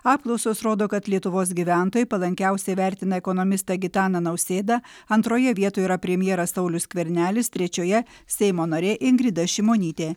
apklausos rodo kad lietuvos gyventojai palankiausiai vertina ekonomistą gitaną nausėdą antroje vietoje yra premjeras saulius skvernelis trečioje seimo narė ingrida šimonytė